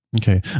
okay